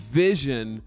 vision